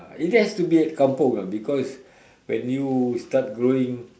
it has to be at kampung ah because when you start growing